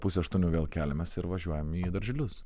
pusę aštuonių vėl keliamės ir važiuojam į darželius